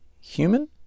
human